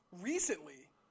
recently